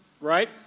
Right